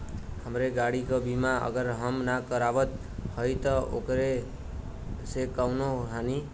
हमरे गाड़ी क बीमा अगर हम ना करावत हई त ओकर से कवनों हानि?